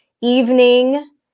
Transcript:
evening